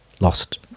lost